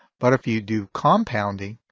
but if you do compounding,